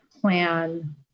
plan